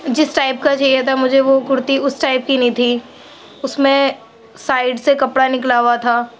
جس ٹائپ كا چاہیے تھا مجھے وہ كُرتی اُس ٹائپ كی نہیں تھی اُس میں سائیڈ سے كپڑا نكلا ہُوا تھا